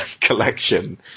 collection